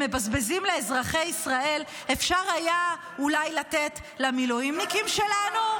מבזבזים לאזרחי ישראל אולי היה אפשר לתת למילואימניקים שלנו,